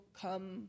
come